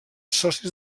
socis